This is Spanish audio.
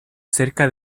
cerca